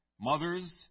mothers